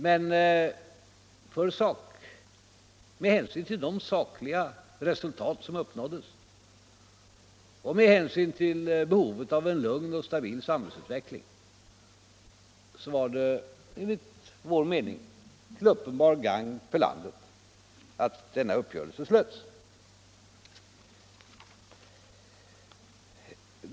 Men med hänsyn till de sakliga resultat som uppnåddes och med hänsyn till behovet av en lugn och stabil samhällsutveckling var det enligt vår mening till uppenbart gagn för landet att denna uppgörelse slöts.